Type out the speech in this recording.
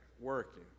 working